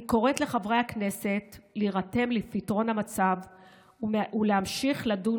אני קוראת לחברי הכנסת להירתם לפתרון המצב ולהמשיך לדון